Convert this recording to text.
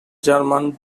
german